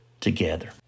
together